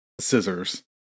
scissors